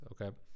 okay